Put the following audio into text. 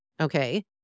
Okay